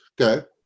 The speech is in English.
okay